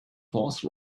horse